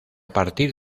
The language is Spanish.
partir